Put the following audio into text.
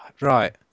Right